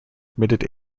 admitted